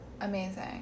amazing